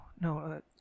no